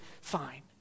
fine